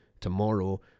tomorrow